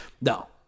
No